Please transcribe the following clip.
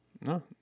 No